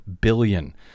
billion